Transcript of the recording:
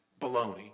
Baloney